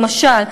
למשל,